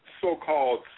so-called